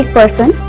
person